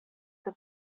the